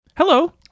Hello